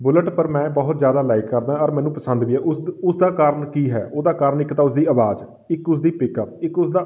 bullet ਪਰ ਮੈਂ ਬਹੁਤ ਜ਼ਿਆਦਾ ਲਾਈਕ ਕਰਦਾ ਔਰ ਮੈਨੂੰ ਪਸੰਦ ਵੀ ਉਸ ਉਸਦਾ ਕਾਰਨ ਕੀ ਹੈ ਉਹਦਾ ਕਾਰਨ ਇੱਕ ਤਾਂ ਉਸਦੀ ਆਵਾਜ਼ ਇੱਕ ਉਸਦੀ ਪਿੱਕਅੱਪ ਇੱਕ ਉਸਦਾ